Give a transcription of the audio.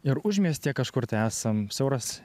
ir užmiestyje kažkur tai esam siauras